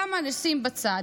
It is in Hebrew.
כמה נשים בצד.